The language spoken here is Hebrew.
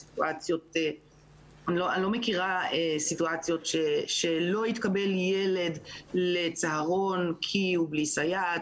אני לא מכירה סיטואציות שלא התקבל ילד לצהרון כי הוא בלי סייעת.